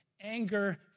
anger